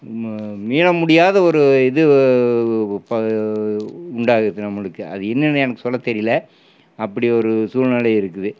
மீள முடியாத ஒரு இது இப்போ உண்டாகுது நம்மளுக்கு அது என்னன்னு எனக்கு சொல்ல தெரியல அப்படி ஒரு சூழ்நிலை இருக்குது